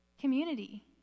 community